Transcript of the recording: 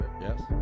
yes